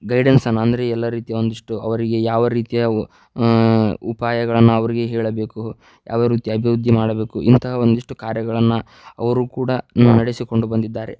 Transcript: ಗೈಡೆನ್ಸನ್ನು ಅಂದರೆ ಎಲ್ಲ ರೀತಿಯ ಒಂದಿಷ್ಟು ಅವರಿಗೆ ಯಾವ ರೀತಿಯ ಉಪಾಯಗಳನ್ನು ಅವರಿಗೆ ಹೇಳಬೇಕು ಯಾವ ರೀತಿ ಅಭಿವೃದ್ಧಿ ಮಾಡಬೇಕು ಇಂತಹ ಒಂದಿಷ್ಟು ಕಾರ್ಯಗಳನ್ನು ಅವರು ಕೂಡ ನಡೆಸಿಕೊಂಡು ಬಂದಿದ್ದಾರೆ